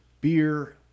beer